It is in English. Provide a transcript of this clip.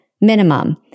minimum